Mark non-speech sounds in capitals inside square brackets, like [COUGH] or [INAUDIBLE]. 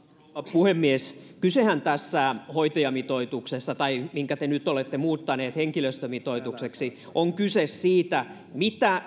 puhemies kysehän tässä hoitajamitoituksessa tai tässä minkä te nyt olette muuttaneet henkilöstömitoitukseksi on siitä mitä [UNINTELLIGIBLE]